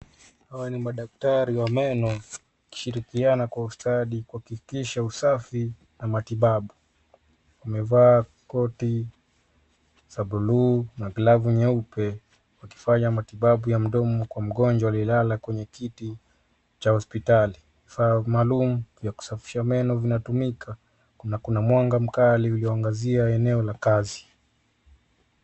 Hawa ni madaktari wa meno, wakishirikiana kwa ustadi kuhakikisha usafi na matibabu. Wamevaa koti za buluu na glavu nyeupe, wakifanya matibabu ya mdomo kwa mgonjwa aliyelala kwenye kiti cha hospitali. Vifaa maalum vya kusafisha meno vinatumika na kuna mwanga mkali unaoangazia eneo la kazi.